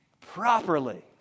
properly